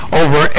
over